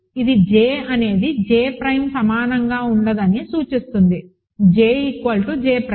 ఇది j అనేది j ప్రైమ్సమానంగా ఉండదని సూచిస్తుంది j j ప్రైమ్